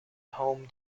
home